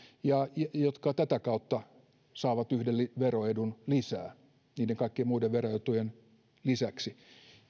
ja jotka tätä kautta saavat yhden veroedun lisää niiden kaikkien muiden veroetujen lisäksi